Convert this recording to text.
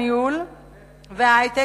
הניהול וההיי-טק,